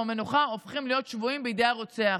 המנוחה הופכים להיות שבויים ביד הרוצח,